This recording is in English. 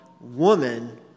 woman